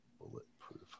Bulletproof